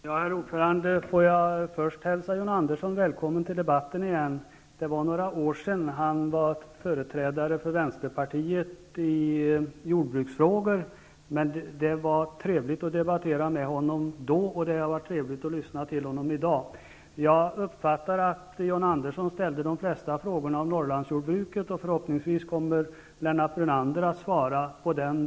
Herr talman! Låt mig först hälsa John Andersson välkommen tillbaka till debatten; det är nu några år sedan han senast var företrädare för Vänsterpartiet i jordbruksfrågor. Det var trevligt att debattera med honom då, och det har varit trevligt att lyssna till honom i dag. Jag uppfattade det så att de flesta av John Anderssons frågor gällde Norrlandsjordbruket, och förhoppningsvis kommer Lennart Brunander att svara på dem.